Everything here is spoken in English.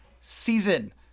season